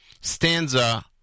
stanza